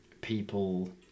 people